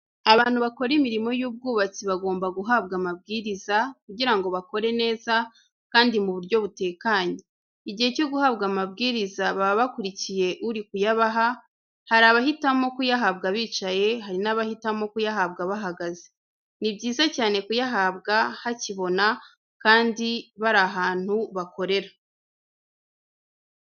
Abantu bakora imirimo y'ubwubatsi bagomba guhabwa amabwiriza kugira ngo bakore neza kandi mu buryo butekanye. Igihe cyo guhabwa amabwiriza baba bakurikiye uri kuyabaha; hari abahitamo kuyahabwa bicaye, hari na bahitamo kuyahabwa bahagaze. Ni byiza cyane kuyahabwa hakibona kandi bari ahantu bakorera.